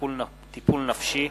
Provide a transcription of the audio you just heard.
טיפול נפשי),